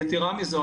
יתרה מזו,